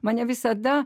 mane visada